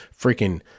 freaking